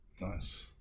Nice